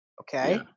okay